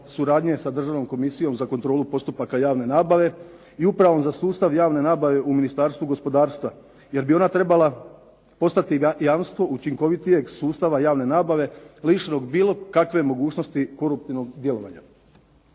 suradnje sa Državnom komisijom za kontrolu postupaka javne nabave i Upravom za sustav javne nabave u Ministarstvu gospodarstva jer bi ona trebala postati jamstvo učinkovitijeg sustava javne nabave lišenog bilo kakve mogućnosti koruptivnog djelovanja.